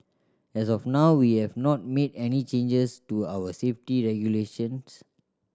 as of now we have not made any changes to our safety regulations